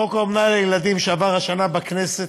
בחוק אומנה לילדים, שעבר השנה בכנסת,